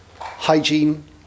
hygiene